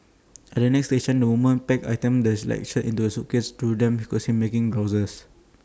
at the next station the women packed items like shirts into A suitcase though some could be heard making grouses